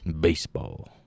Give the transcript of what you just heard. Baseball